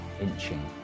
inching